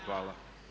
Hvala.